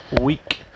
week